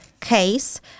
case